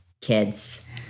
kids